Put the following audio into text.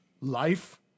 Life